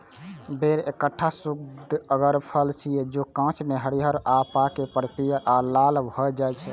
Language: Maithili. बेर एकटा सुअदगर फल छियै, जे कांच मे हरियर आ पाके पर पीयर आ लाल भए जाइ छै